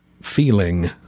feeling